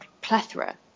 plethora